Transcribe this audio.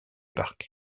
parc